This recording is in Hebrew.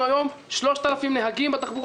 כל מי שיפנה אלינו, אנחנו הרי 13 חברי